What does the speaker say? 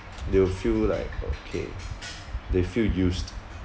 they will feel like okay they will feel used